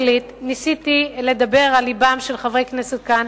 ניסיתי לדבר על לבם של חברי כנסת כאן,